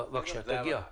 בבקשה, תגיע.